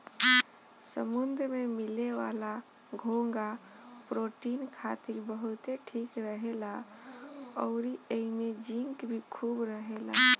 समुंद्र में मिले वाला घोंघा प्रोटीन खातिर बहुते ठीक रहेला अउरी एइमे जिंक भी खूब रहेला